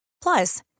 Plus